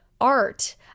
art